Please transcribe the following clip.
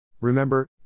Remember